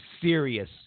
serious